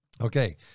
Okay